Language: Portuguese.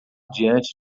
diante